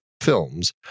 films